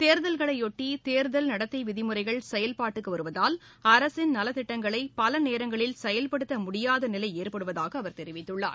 தேர்தல்களையொட்டிதேர்தல் நடத்தைவிதிமுறைகள் செயல்பாட்டுக்குவருவதால் அரசின் நலத்திட்டங்களைபலநேரங்களில் செயல்படுத்தமுடியாதநிலைஏற்படுவதாகஅவர் தெரிவித்துள்ளார்